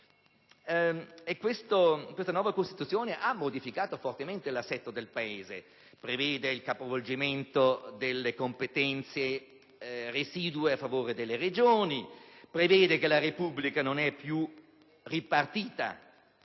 testo della Costituzione ha modificato fortemente l'assetto del Paese: prevede il capovolgimento delle competenze residue a favore delle Regioni; prevede che la Repubblica non sia più "ripartita"